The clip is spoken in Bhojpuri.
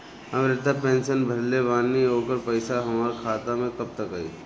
हम विर्धा पैंसैन भरले बानी ओकर पईसा हमार खाता मे कब तक आई?